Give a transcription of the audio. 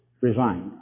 resigned